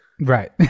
right